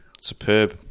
Superb